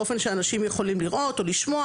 באופן שאנשים יכולים לראות או לשמוע.